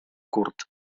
curt